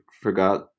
forgot